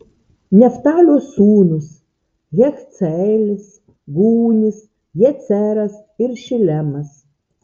neftalio sūnūs jachceelis gūnis jeceras ir šilemas